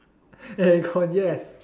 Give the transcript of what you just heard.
aircon yes